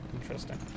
Interesting